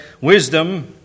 wisdom